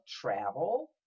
travel